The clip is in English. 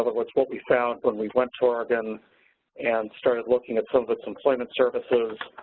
other words what we found when we went to oregon and started looking at sort of its employment services